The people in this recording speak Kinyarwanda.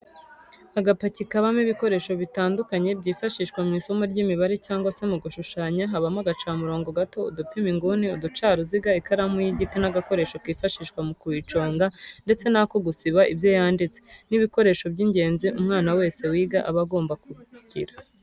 Agapaki kabamo ibikoresho bitandukanye byifashishwa mw'isomo ry'imibare cyangwa se mu gushushanya habamo agacamurongo gato, udupima inguni, uducaruziga ,ikaramu y'igiti n'agakoresho kifashishwa mu kuyiconga ndetse n'ako gusiba ibyo yanditse, ni ibikoresho by'ingenzi umwana wese wiga aba agomba kugira.